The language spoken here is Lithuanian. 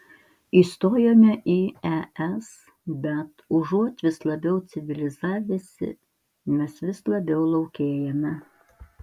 įstojome į es bet užuot vis labiau civilizavęsi mes vis labiau laukėjame